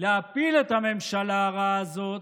להפיל את הממשלה הרעה הזאת,